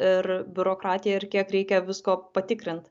ir biurokratija ir kiek reikia visko patikrint